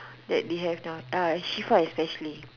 that they have not uh Shifah especially